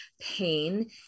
pain